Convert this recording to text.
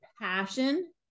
passion